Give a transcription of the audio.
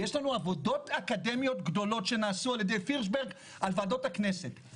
ויש לנו עבודות אקדמיות גדולות שנעשו על ידי חן פרידברג על ועדות הכנסת.